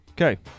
Okay